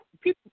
people